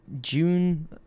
June